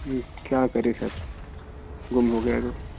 क्या करें सर गुम हो गया तो